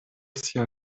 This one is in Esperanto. sia